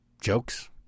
jokes